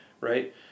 right